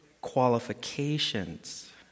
qualifications